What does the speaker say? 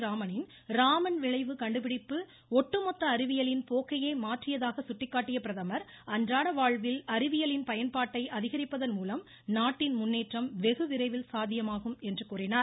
ராமனின் ராமன் விளைவு கண்டுபிடிப்பு ஒட்டு மொத்த அறிவியலின் போக்கையே மாற்றியதாக சுட்டிக்காட்டிய பிரதமர் அன்றாட வாழ்வில் அறிவியலின் பயன்பாட்டை அதிகரிப்பதன் மூலம் நாட்டின் முன்னேற்றம் வெகு விரைவில் சாத்தியமாகும் என கூறினார்